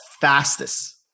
fastest